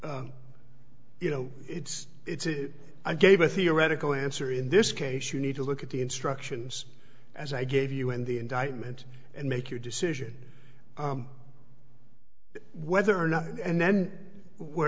you know it's it's i gave a theoretical answer in this case you need to look at the instructions as i gave you in the indictment and make your decision whether or not and then whe